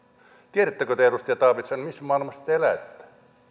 tiedättekö te edustaja taavitsainen missä maailmassa te elätte